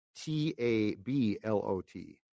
t-a-b-l-o-t